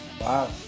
Wow